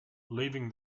leaving